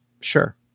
sure